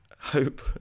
hope